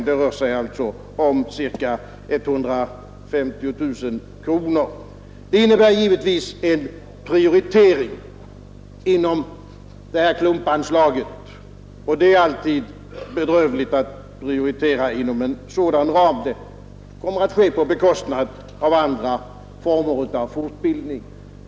Det rör sig om ca 150 000 kronor. Detta innebär givetvis en prioritering inom klumpanslaget, och det är alltid bedrövligt att behöva prioritera inom en sådan ram, eftersom det kommer att ske på bekostnad av andra former av fortbildning.